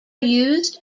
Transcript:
used